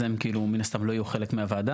אז הם מן הסתם לא יהיו חלק מהוועדה.